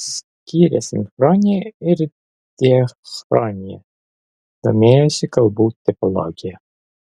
skyrė sinchroniją ir diachroniją domėjosi kalbų tipologija